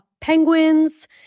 penguins